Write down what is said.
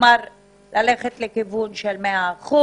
ללכת לכיוון של 100%,